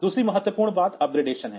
दूसरी महत्वपूर्ण बात अपग्रेडेशन है